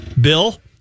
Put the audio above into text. Bill